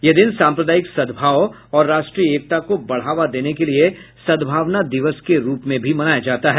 यह दिन साम्प्रदायिक सदभाव और राष्ट्रीय एकता को बढावा देने के लिए सद्भावना दिवस के रूप में भी मनाया जाता है